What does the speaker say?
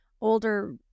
older